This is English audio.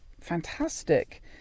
Fantastic